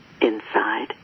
inside